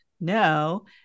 no